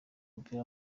w’umupira